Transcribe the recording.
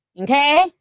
okay